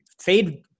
fade